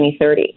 2030